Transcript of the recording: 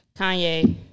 Kanye